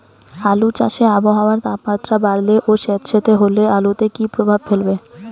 আলু চাষে আবহাওয়ার তাপমাত্রা বাড়লে ও সেতসেতে হলে আলুতে কী প্রভাব ফেলবে?